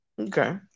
Okay